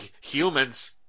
Humans